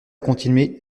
continuer